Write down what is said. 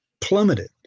plummeted